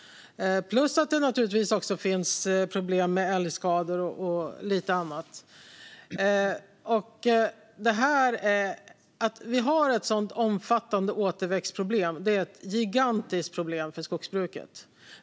Dessutom finns det naturligtvis problem med älgskador och en del annat. Att vi har ett så omfattande återväxtproblem är ett gigantiskt problem för skogsbruket.